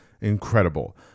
incredible